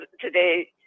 today